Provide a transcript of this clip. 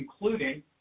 including